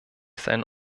seinen